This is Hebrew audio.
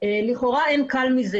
לכאורה אין קל מזה,